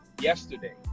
yesterday